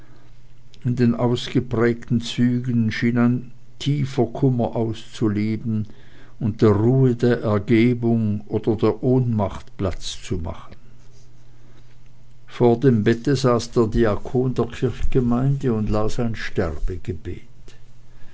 in den ausgeprägten zügen schien ein tiefer kummer auszuleben und der ruhe der ergebung oder der ohnmacht platz zu machen vor dem bette saß der diakon der kirchgemeinde und las ein sterbegebet